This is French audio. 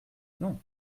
non